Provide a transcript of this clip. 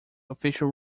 official